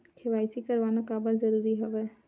KYC करवाना काबर जरूरी हवय?